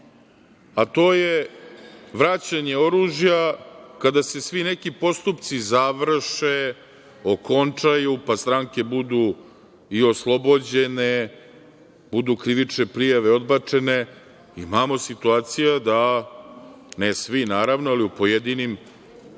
a to je vraćanje oružja kada se svi neki postupci završe, okončaju, pa stranke budu i oslobođene, budu krivične prijave odbačene, imamo situaciju da ne svi, naravno, ali u pojedinim